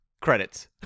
Credits